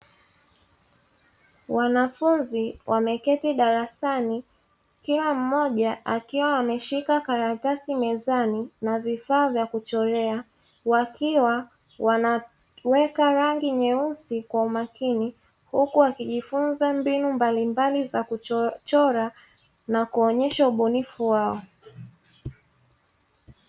Wanafunzi wameketi darasani, kila mmoja akiwa ameshika karatasi mezani na vifaa vya kuchorea, wakiwa wanaweka rangi nyeusi kwa umakini, huku wakijifunza mbinu mbalimbali za kuchora na kuonyesha ubunifu wao.